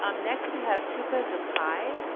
um next, we have tooka zokaie.